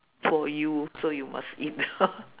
for you so you must eat